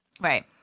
right